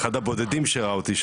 אחד הבודדים שראה אותי שם,